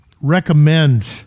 recommend